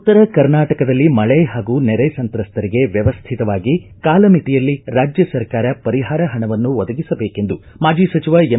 ಉತ್ತರ ಕರ್ನಾಟಕದಲ್ಲಿ ಮಳೆ ಹಾಗೂ ನೆರೆ ಸಂತ್ರಸ್ತರಿಗೆ ವ್ಯವಸ್ಥಿತವಾಗಿ ಕಾಲಮಿತಿಯಲ್ಲಿ ರಾಜ್ಯ ಸರ್ಕಾರ ಪರಿಹಾರ ಹಣವನ್ನು ಒದಗಿಸಬೇಕೆಂದು ಮಾಜಿ ಸಚಿವ ಎಂ